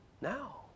Now